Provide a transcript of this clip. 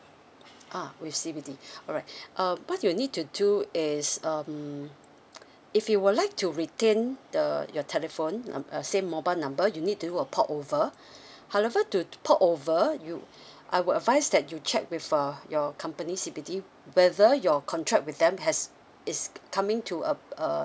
uh with C B D alright uh what you need to do is um if you would like to retain the your telephone um a same mobile number you need do a port over however to port over you I will advise that you check with uh your company C B D whether your contract with them has is coming to a uh